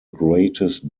greatest